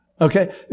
Okay